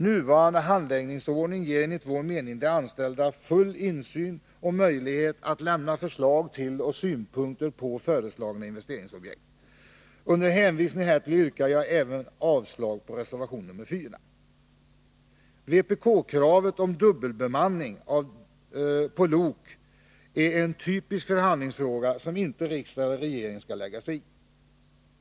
Nuvarande handläggningsordning ger enligt vår mening de anställda full insyn och möjlighet att lämna förslag till och synpunkter på föreslagna investeringsobjekt. Under hänvisning härtill yrkar jag även avslag på reservation 4. Vpk-kravet om dubbelbemanning på lok är en typisk förhandlingsfråga som riksdag och regering inte skall lägga sig i.